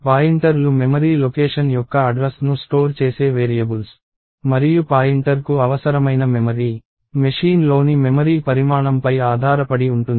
పాయింటర్లు memory location యొక్క address ను స్టోర్ చేసే వేరియబుల్స్ మరియు పాయింటర్కు అవసరమైన మెమరీ మెషీన్లోని మెమరీ పరిమాణంపై ఆధారపడి ఉంటుంది